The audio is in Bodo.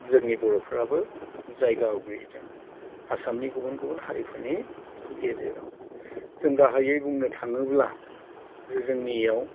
जोंनि बर'फोराबो जायगा आवग्रिदों आसामनि गुबुन गुबुन हारिफोरनि गेजेराव जों गाहायै बुंनो थाङोब्ला जोंनियाव